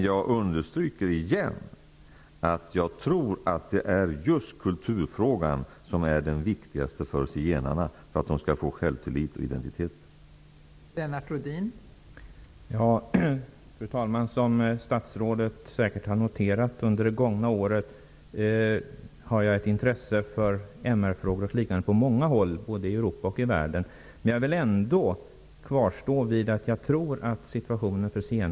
Jag understryker återigen att jag tror att det just är kulturfrågan som är den viktigaste för att zigenarna skall få självtillit och kunna stärka sin identitet.